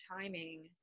timing